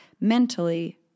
mentally